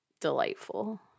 delightful